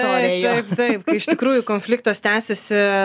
taip taip taip iš tikrųjų konfliktas tęsėsi